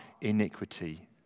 iniquity